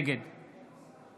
נגד